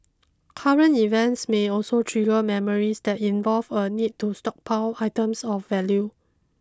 current events may also trigger memories that involve a need to stockpile items of value